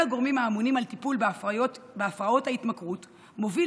הגורמים האמונים על הטיפול בהפרעות ההתמכרות מוביל